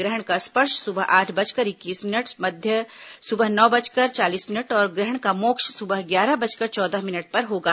ग्रहण का स्पर्श सुबह आठ बजकर इक्कीस मिनट मध्य सुबह नौ बजकर चालीस मिनट और ग्रहण का मोक्ष सुबह लगभग साढ़े ग्यारह बजे होगा